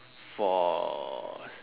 for s~